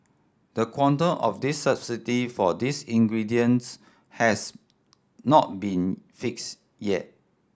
the quantum of this subsidy for these ingredients has not been fixed yet